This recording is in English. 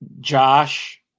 Josh